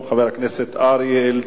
צו למניעת עבירה),